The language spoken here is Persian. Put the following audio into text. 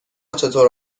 چطور